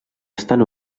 estan